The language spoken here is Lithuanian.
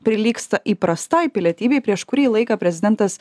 prilygsta įprastai pilietybei prieš kurį laiką prezidentas